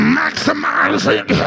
maximizing